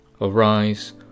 Arise